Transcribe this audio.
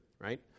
right